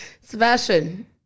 Sebastian